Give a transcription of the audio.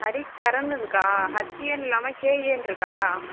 ஹரிகரன்னு இருக்கா ஹச்ஏன்னு இல்லாமல் கேஏன்னு இருக்கா